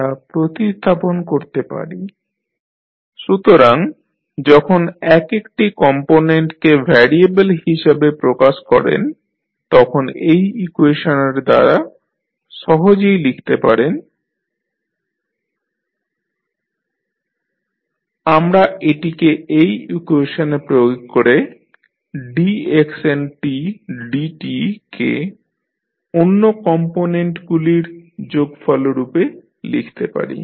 আমরা প্রতিস্থাপন করতে পারি x1tyt x2tdydt xntdn 1ydt সুতরাং যখন এক একটি কম্পোনেন্টকে ভ্যারিয়েবল হিসাবে প্রকাশ করেন তখন এই ইকুয়েশনের দ্বারা সহজেই লিখতে পারেন dx1dtx2t dx2dtx3t dxndt a0x1t a1x2t an 2xn 1t an 1xntf আমরা এটিকে এই ইকুয়েশনে প্রয়োগ করে dxndt কে অন্য কম্পোনেন্টগুলির যোগফল রূপে লিখতে পারি